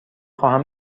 خواهم